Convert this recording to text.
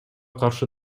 каршы